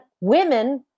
women